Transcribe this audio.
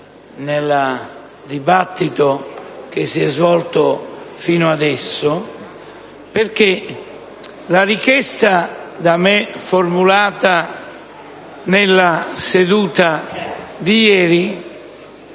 nella discussione che si è svolta fino adesso perché la richiesta da me formulata nella seduta di ieri